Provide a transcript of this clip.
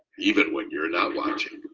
even when you're not watching.